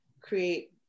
create